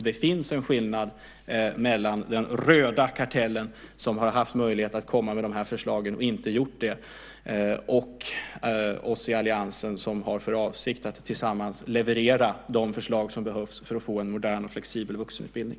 Det finns en skillnad mellan den röda kartellen, som har haft möjlighet att komma med förslagen och inte gjort det, och oss i alliansen som har för avsikt att tillsammans leverera de förslag som behövs för att få en modern och flexibel vuxenutbildning.